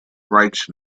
rights